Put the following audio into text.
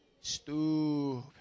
stupid